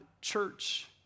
church